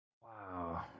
Wow